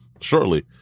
shortly